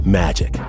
magic